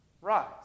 rise